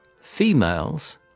Females